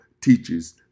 teaches